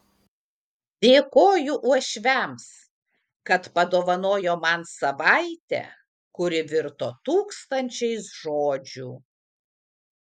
dėkoju uošviams kad padovanojo man savaitę kuri virto tūkstančiais žodžių